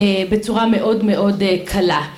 ‫בצורה מאוד מאוד קלה.